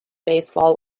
baseball